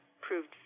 proved